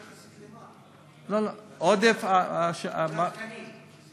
עודף יחסית למה, לצורך או לתקנים?